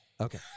okay